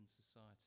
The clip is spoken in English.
society